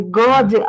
god